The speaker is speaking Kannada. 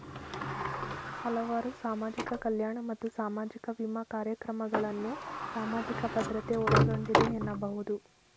ಹಲವಾರು ಸಾಮಾಜಿಕ ಕಲ್ಯಾಣ ಮತ್ತು ಸಾಮಾಜಿಕ ವಿಮಾ ಕಾರ್ಯಕ್ರಮಗಳನ್ನ ಸಾಮಾಜಿಕ ಭದ್ರತೆ ಒಳಗೊಂಡಿದೆ ಎನ್ನಬಹುದು